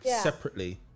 separately